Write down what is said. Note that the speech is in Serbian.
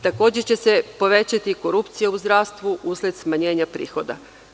Takođe će se povećati korupcija u zdravstvu usled smanjenja prihoda.